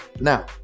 Now